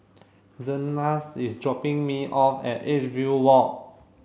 Zenas is dropping me off at Edgefield Walk